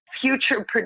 future